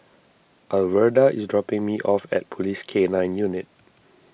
Alverda is dropping me off at Police K nine Unit